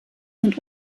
sind